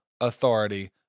authority